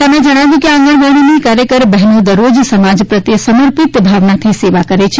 એમણે જણાવ્યું કે આંગણવાડીની કાર્યકર બહેનો દરરોજ સમાજ પ્રત્યે સમર્પિત ભાવનાથી સેવા કરે છે